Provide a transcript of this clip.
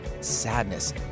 sadness